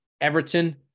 Everton